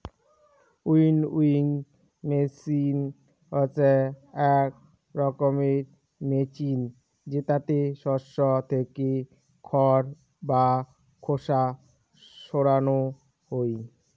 winnowing machine হসে আক রকমের মেচিন জেতাতে শস্য থেকে খড় বা খোসা সরানো হই